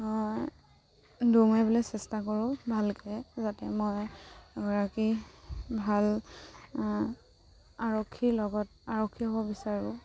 মই দৌৰ মাৰিবলৈ চেষ্টা কৰোঁ ভালকৈ যাতে মই এগৰাকী ভাল আৰক্ষীৰ লগত আৰক্ষী হ'ব বিচাৰোঁ